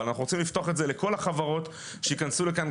אנחנו רוצים לפתוח את זה לכל החברות שייכנסו לכאן,